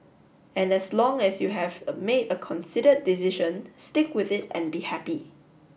and as long as you have a made a considered decision stick with it and be happy